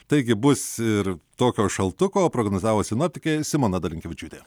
taigi bus ir tokio šaltuko prognozavo sinoptikė simona dalinkevičiūtė